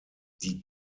die